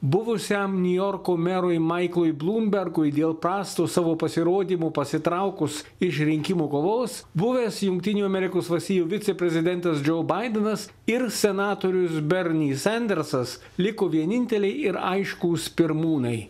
buvusiam niujorko merui maiklui blumbergui dėl prasto savo pasirodymo pasitraukus iš rinkimų kovos buvęs jungtinių amerikos valstijų viceprezidentas džo baidenas ir senatorius berni sandersas liko vieninteliai ir aiškūs pirmūnai